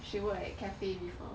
she work at cafe before